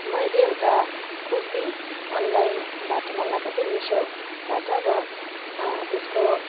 मैले एउटा कुर्ती अनलाइनबाट मँगाएको थिएँ मिसोबाट र त्यसको